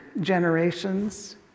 generations